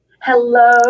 Hello